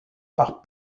par